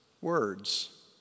words